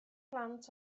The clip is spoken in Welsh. plant